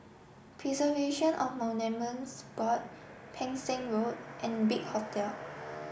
Preservation of Monuments Board Pang Seng Road and Big Hotel